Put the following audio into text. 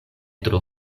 tro